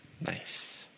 Nice